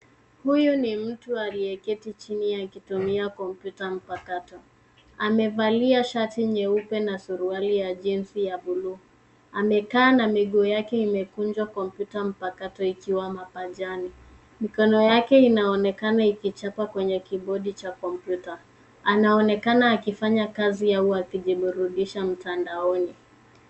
Huyu mtu aliyeketi chini akitumia kompyuta mpakato. Amevalia shati nyeupe na suruali ya jeansi ya buluu. Amekaa na miguu yake imekunjwa kompyuta mpakato ikiwa mapajani. Mikono yake inaonekana ikichapa kwenye kibodi cha kompyuta. Anaonekana akifanya kazi au akijiburudisha mtandaoni.